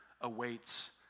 awaits